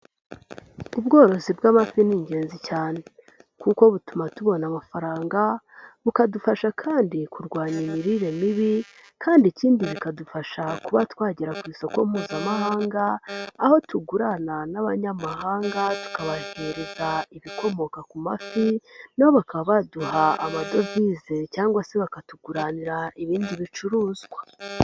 Ubworozi bw'amafi ni ingenzi cyane kuko butuma tubona amafaranga, bukadufasha kandi kurwanya imirire mibi kandi ikindi bikadufasha kuba twagera ku isoko mpuzamahanga, aho tugurana n'abanyamahanga tukabahereza ibikomoka ku mafi na bo bakaba baduha amadovize cyangwa se bakatuguranira ibindi bicuruzwa.